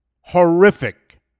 Horrific